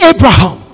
Abraham